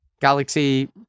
galaxy